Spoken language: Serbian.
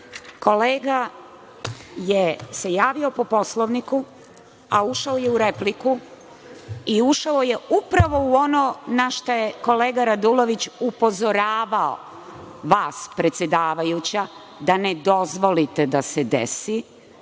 grupi. Kolega se javio po Poslovniku, a ušao je u repliku i ušao je upravo u ono na šta je kolega Radulović upozoravao vas, predsedavajuća, da ne dozvolite da se desi,